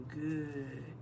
good